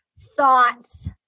thoughts